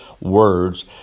words